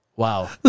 Wow